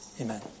Amen